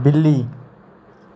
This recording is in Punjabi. ਬਿੱਲੀ